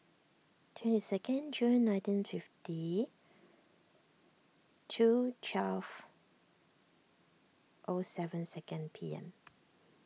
twenty second Jun nineteen fifty two twelve O seven second P M